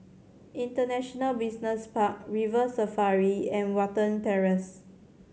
International Business Park River Safari and Watten Terrace